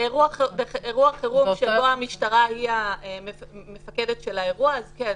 באירוע חירום שבו המשטרה היא המפקדת של האירוע אז כן,